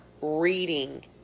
reading